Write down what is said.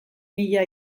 mila